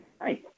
Hi